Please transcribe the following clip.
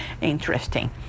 interesting